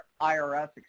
IRS